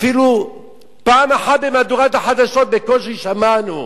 אפילו פעם אחת, במהדורת החדשות בקושי שמענו,